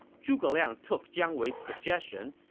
zhuge liang took jiang wei's suggestion.